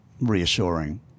reassuring